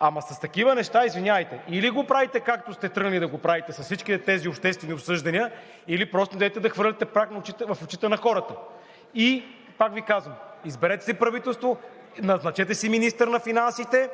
ама с такива неща – извинявайте. Или го правите, както сте тръгнали да го правите с всичките тези обществени обсъждания, или просто недейте да хвърляте прах в очите на хората! Пак Ви казвам: изберете си правителство, назначете си министър на финансите